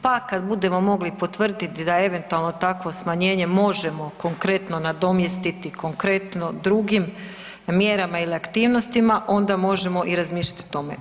Pa kad budemo mogli potvrditi da je eventualno smanjenje možemo konkretno nadomjestiti konkretno drugim mjerama ili aktivnostima onda možemo i razmišljati o tome.